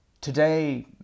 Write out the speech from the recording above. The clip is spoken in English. ...today